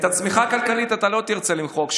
את הצמיחה הכלכלית אתה לא תרצה למחוק,